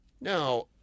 Now